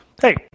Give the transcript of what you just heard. Hey